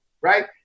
right